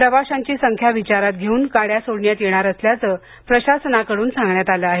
प्रवाशांची संख्या विचारात घेऊन गाड्या सोडण्यात येणार असल्याचे प्रशासनाकडून सांगण्यात आलं आहे